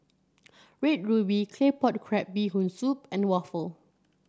Red Ruby Claypot Crab Bee Hoon Soup and waffle